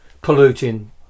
polluting